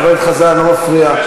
חבר הכנסת חזן, אני לא מפריע.